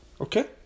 okay